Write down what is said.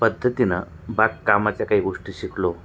पद्धतीनं बागकामाच्या काही गोष्टी शिकलो